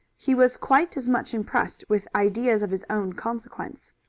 he was quite as much impressed with ideas of his own consequence.